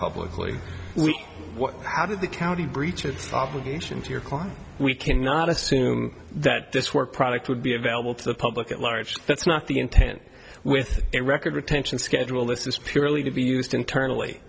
publicly what how did the county breach its obligation to your client we cannot assume that this work product would be available to the public at large that's not the intent with a record retention schedule this is purely to be used internally